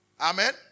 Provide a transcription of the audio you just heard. Amen